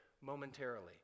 momentarily